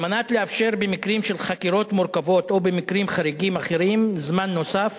כדי לאפשר במקרים של חקירות מורכבות או במקרים חריגים אחרים זמן נוסף